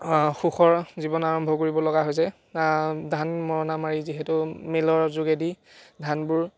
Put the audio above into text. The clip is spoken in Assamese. সুখৰ জীৱন আৰম্ভ কৰিবলগা হৈছে বা ধান মৰণা মাৰি যিহেতু মিলৰ যোগেদি ধানবোৰ